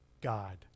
God